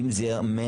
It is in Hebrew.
אם זה 100,